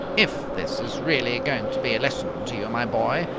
if this is really going to be a lesson to you, my boy,